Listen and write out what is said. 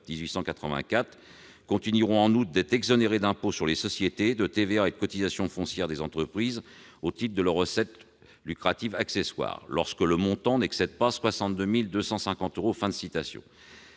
1884, continueront en outre d'être exonérés d'impôt sur les sociétés, de TVA et de cotisation foncière des entreprises au titre de leurs recettes lucratives accessoires, lorsque leur montant n'excède pas 62 250 euros